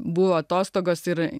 buvo atostogos ir